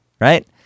right